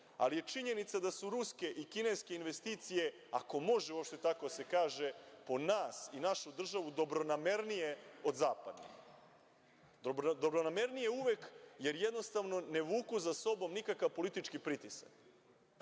ali je činjenica da su ruske i kineske investicije, ako može uopšte tako da se kaže, po nas i našu državu dobronamernije od zapadnih, dobronamernije uvek, jer jednostavno ne vuku za sobom nikakav politički pritisak. Zapadne